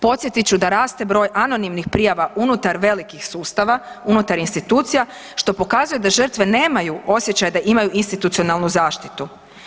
Podsjetit ću da raste broj anonimnih prijava unutar velikih sustava, unutar institucija što pokazuje da žrtve nemaju osjećaj da imaju institucionalnu zaštitu.